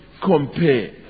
compare